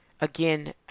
again